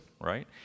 right